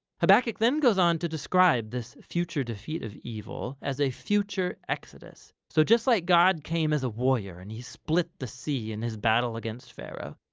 habakkuk then goes on to describe this future defeat of evil as a future exodus. so just like god came as a warrior and he split the sea in his battle against pharaoh,